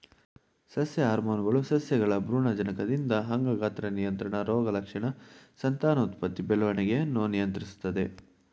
ಸಸ್ಯ ಹಾರ್ಮೋನ್ಗಳು ಸಸ್ಯಗಳ ಭ್ರೂಣಜನಕದಿಂದ ಅಂಗ ಗಾತ್ರ ನಿಯಂತ್ರಣ ರೋಗಲಕ್ಷಣ ಸಂತಾನೋತ್ಪತ್ತಿ ಬೆಳವಣಿಗೆಯನ್ನು ನಿಯಂತ್ರಿಸ್ತದೆ